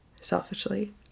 selfishly